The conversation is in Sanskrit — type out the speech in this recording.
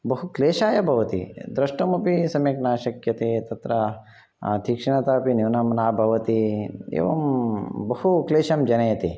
बहुक्लेशाय भवति दृष्टुमपि सम्यक् न शक्यते तत्र तीक्ष्णतापि न्यूनं न भवति एवं बहु क्लेशं जनयति